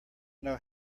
know